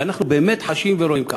ואנחנו באמת חשים ורואים כך.